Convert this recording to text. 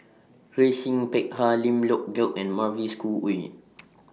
Grace Yin Peck Ha Lim Leong Geok and Mavis Khoo Wein